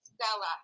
Stella